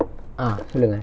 ah சொல்லுங்க:sollunga